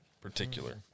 particular